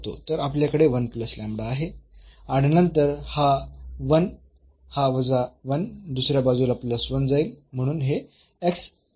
तर आपल्याकडे आहे आणि नंतर हा 1 हा वजा 1 दुसऱ्या बाजूला प्लस 1 जाईल